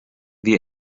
wir